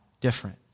different